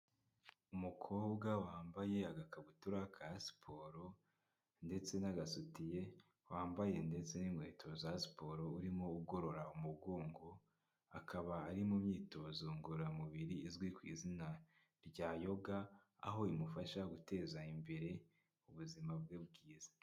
Umukobwa wambaye agakabutura ka siporo, ndetse n'agasutiye, wambaye ndetse n'inkweto za siporo, urimo ugorora umugongo, akaba ari mu myitozo ngororamubiri, izwi ku izina rya yoga, aho imufasha guteza imbere ubuzima bwe bwiza.